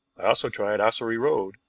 i also tried ossery road,